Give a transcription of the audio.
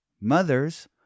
mothers